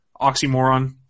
Oxymoron